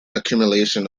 accumulation